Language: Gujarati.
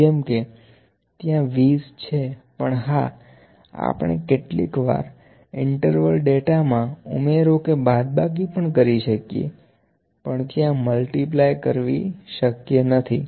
જેમ કે ત્યાં 20 છે પણ હા આપણે કેટલીક વાર ઈન્ટરવલ ડેટા મા ઉમેરો કે બાદબાકી કરી શકીએ પણ ત્યાં મલ્ટીપ્લય કરવી શક્ય નથી